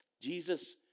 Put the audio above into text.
Jesus